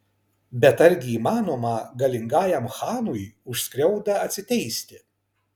bet argi įmanoma galingajam chanui už skriaudą atsiteisti